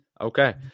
Okay